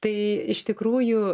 tai iš tikrųjų